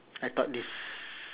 I thought this